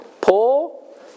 Paul